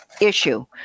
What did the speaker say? issue